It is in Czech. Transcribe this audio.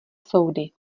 soudy